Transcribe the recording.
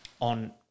on